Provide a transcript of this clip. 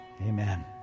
Amen